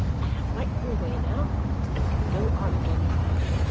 i have wiped them away now and can go on again properly.